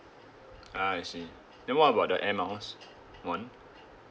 ah I see then what about the air miles one